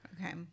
Okay